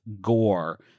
gore